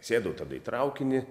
sėdau tada į traukinį